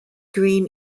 green